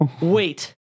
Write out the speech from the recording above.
wait